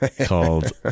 called